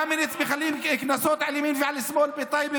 קמיניץ מחלק קנסות על ימין ועל שמאל בטייבה,